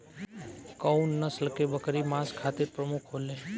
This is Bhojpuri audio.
कउन नस्ल के बकरी मांस खातिर प्रमुख होले?